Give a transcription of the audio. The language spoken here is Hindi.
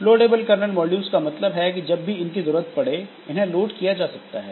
लोडेबल कर्नल मॉड्यूल्स का मतलब है कि जब भी इनकी जरूरत पड़े इन्हें लोड किया जा सकता है